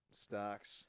stocks